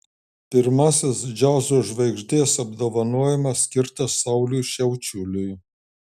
pirmasis džiazo žvaigždės apdovanojimas skirtas sauliui šiaučiuliui